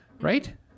right